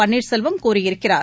பன்னீர்செல்வம் கூறியிருக்கிறார்